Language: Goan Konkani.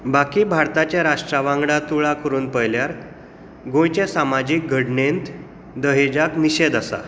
बाकी राष्ट्रा वांगडा तुळा करून पळयल्यार गोंयचे सामाजीक घडणेंत दहेजाक निशेद आसा